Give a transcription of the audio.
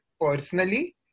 personally